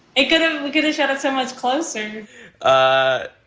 it couldn't get a shot at someone's closing ah